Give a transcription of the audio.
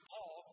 Paul